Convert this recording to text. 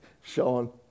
Sean